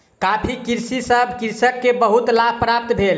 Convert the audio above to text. coffee कृषि सॅ कृषक के बहुत लाभ प्राप्त भेल